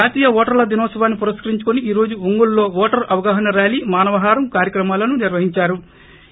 జాతీయ ఓటర్ల దినోత్సవాన్ని పురస్కరించుకుని ఈరోజు ఒంగోలు లో ఓటర్ అవగాహన ర్యాలీ మానవ హారం కార్యక్రమాలను నిర్వహిందారు